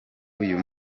uyu